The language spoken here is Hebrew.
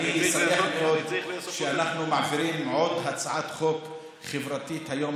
אני שמח מאוד שאנחנו מעבירים עוד הצעת חוק חברתית היום,